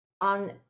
on